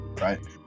right